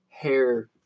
Hair